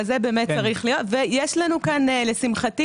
יש לנו כאן לשמחתי,